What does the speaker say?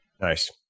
Nice